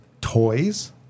toys